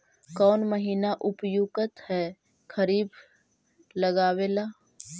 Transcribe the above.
कौन महीना उपयुकत है खरिफ लगावे ला?